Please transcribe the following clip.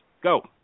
Go